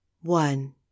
One